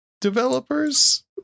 developers